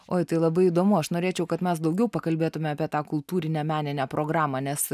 oi tai labai įdomu aš norėčiau kad mes daugiau pakalbėtume apie tą kultūrinę meninę programą nes